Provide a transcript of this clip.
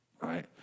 right